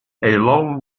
long